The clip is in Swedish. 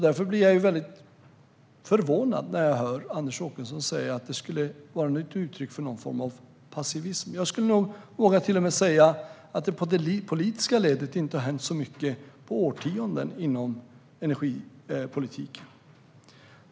Därför blir jag förvånad när jag hör Anders Åkesson säga att det här skulle vara ett uttryck för passivitet. Jag skulle nog till och med våga säga att det inom energipolitiken inte har hänt så mycket på flera årtionden.